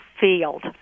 field